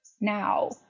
now